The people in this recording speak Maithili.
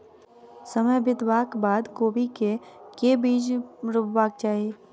समय बितबाक बाद कोबी केँ के बीज रोपबाक चाहि?